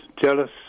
jealous